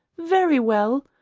very well,